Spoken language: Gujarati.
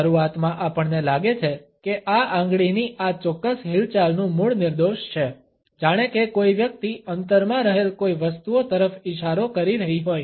શરૂઆતમાં આપણને લાગે છે કે આ આંગળીની આ ચોક્કસ હિલચાલનું મૂળ નિર્દોષ છે જાણે કે કોઈ વ્યક્તિ અંતરમાં રહેલ કોઈ વસ્તુઓ તરફ ઈશારો કરી રહી હોય